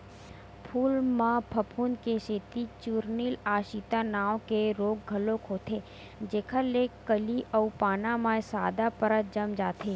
फूल म फफूंद के सेती चूर्निल आसिता नांव के रोग घलोक होथे जेखर ले कली अउ पाना म सादा परत जम जाथे